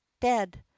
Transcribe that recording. dead